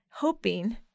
hoping